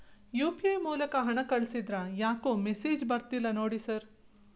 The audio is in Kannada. ಯು.ಪಿ.ಐ ಮೂಲಕ ಹಣ ಕಳಿಸಿದ್ರ ಯಾಕೋ ಮೆಸೇಜ್ ಬರ್ತಿಲ್ಲ ನೋಡಿ ಸರ್?